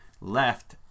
left